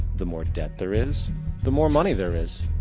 the more debt there is the more money there is.